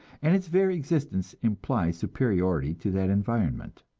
and its very existence implies superiority to that environment.